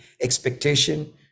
expectation